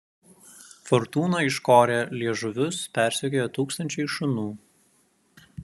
fortūną iškorę liežuvius persekioja tūkstančiai šunų